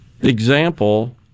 example